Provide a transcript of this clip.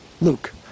Luke